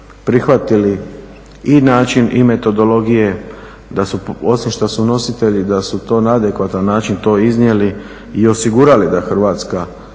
prihvatili i način i metodologije, osim što su nositelji da su to na adekvatan način to iznijeli i osigurali da Hrvatska